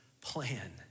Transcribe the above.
plan